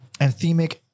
anthemic